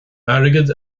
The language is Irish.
airgead